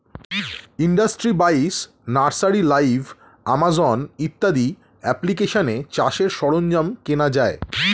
industry বাইশ, nursery live, Amazon ইত্যাদি অ্যাপ্লিকেশানে চাষের সরঞ্জাম কেনা যায়